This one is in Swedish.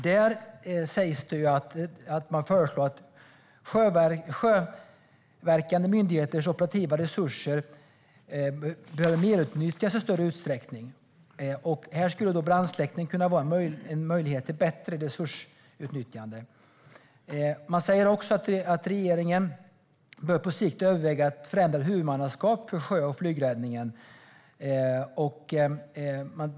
Där föreslås att sjöverkande myndigheters operativa resurser bör merutnyttjas i större utsträckning. Brandsläckning skulle kunna vara en möjlighet till bättre resursutnyttjande. Där sägs också att regeringen på sikt bör överväga ett förändrat huvudmannaskap för sjö och flygräddningen.